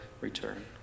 return